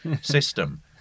system